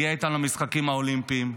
הגיעה איתן למשחקים האולימפיים.